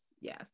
yes